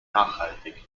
nachhaltig